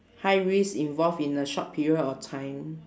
high risk involve in a short period of time